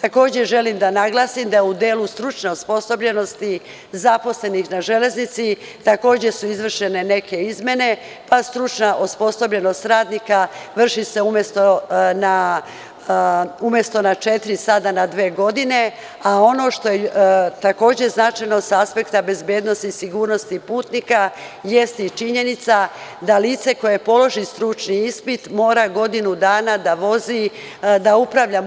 Takođe, želim da naglasim da u delu stručne osposobljenosti zaposlenih na železnici, izvršene su neke izmene, pa se stručna osposobljenost radnika vrši, umesto na četiri, sada na dve godine a ono što je takođe značajno sa aspekta bezbednosti i sigurnosti putnika, jeste i činjenica da lice koje položi stručni ispit mora godinu dana da vozi, da upravlja